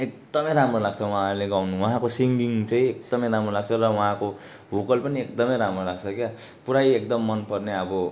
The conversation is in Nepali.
एकदमै राम्रो लाग्छ उहाँहरूले गाउनु उहाँहरूको सिङ्गिङ चाहिँ एकदमै राम्रो लाग्छ र उहाँको भोकल पनि एकदमै राम्रो लाग्छ क्या पुरै एकदम मनपर्ने अब